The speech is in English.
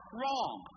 wrong